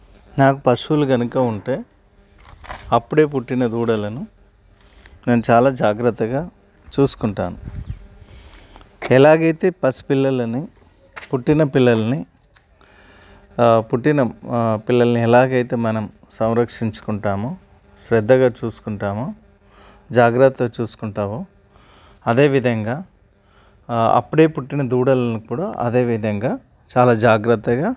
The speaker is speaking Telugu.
నాకు పశువులు కనుక ఉంటే అప్పుడే పుట్టిన దూడలను నేను చాలా జాగ్రత్తగా చూసుకుంటాను ఎలాగైతే పసిపిల్లలని పుట్టిన పిల్లలని పుట్టిన పిల్లలని ఎలాగైతే మనం సంరక్షించుకుంటామో శ్రద్ధగా చూసుకుంటామో జాగ్రత్త చూసుకుంటామో అదే విధంగా అప్పుడే పుట్టిన దూడలని కూడా అదే విధంగా చాలా జాగ్రత్తగా